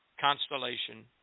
constellation